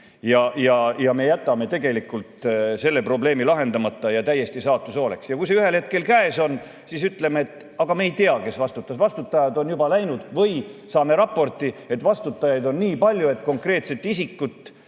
Ja me jätame tegelikult selle probleemi lahendamata ja täiesti saatuse hooleks. Ja kui see ühel hetkel käes on, siis ütleme, et aga me ei tea, kes vastutab, vastutajad on juba läinud, või saame raporti, et vastutajaid on nii palju, et konkreetset ametiisikut